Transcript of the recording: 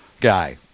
guy